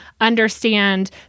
understand